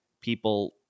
people